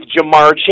Jamar